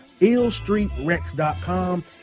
IllStreetRex.com